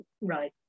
right